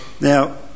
now